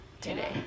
today